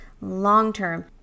long-term